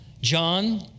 John